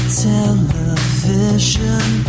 television